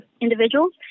individuals